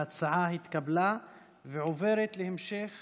ההצעה התקבלה ועוברת להמשך